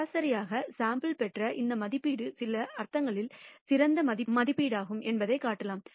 சராசரியாக சாம்பிள் யைப் பெற்ற இந்த மதிப்பீடு சில அர்த்தங்களில் சிறந்த மதிப்பீடாகும் என்பதைக் காட்டலாம்